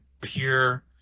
pure